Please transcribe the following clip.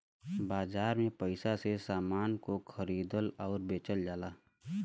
बाजार में पइसा से समान को खरीदल आउर बेचल जाला